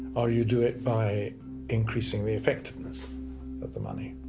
or you do it by increasing the effectiveness of the money.